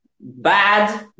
bad